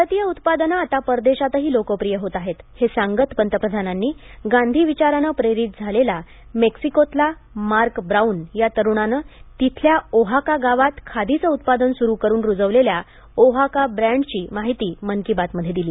भारतीय उत्पादनं आता परदेशातही लोकप्रिय होत आहेत हे सांगत पंतप्रधानांनी गांधी विचारानं प्रेरित झालेला मेक्सीकोतल्या मार्क ब्राऊन या तरूणानं तिथल्या ओहाका गावात खादीचं उत्पादन सुरू करून रुजवलेल्या ओहाका ब्रँड ची माहिती मन की बात मध्ये दिली